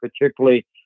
particularly